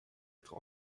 être